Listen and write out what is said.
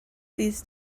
these